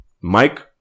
Mike